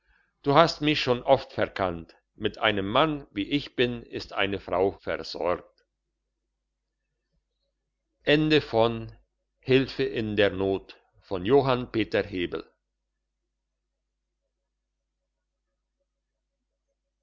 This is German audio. du hast mich schon oft verkannt mit einem mann wie ich bin ist eine frau versorgt